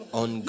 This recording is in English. on